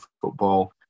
football